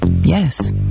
yes